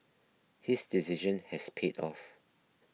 his decision has paid off